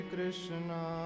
Krishna